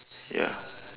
ya